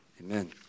amen